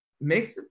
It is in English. makes